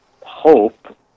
hope